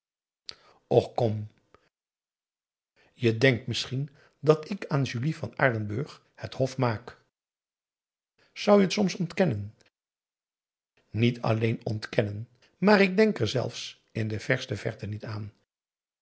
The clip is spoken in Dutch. kom je denkt misschien dat ik aan julie van aardenburg het hof maak zou je het soms ontkennen niet alleen ontkennen maar ik denk er zelfs in de verste verte niet aan